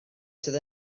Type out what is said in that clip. sydd